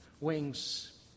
wings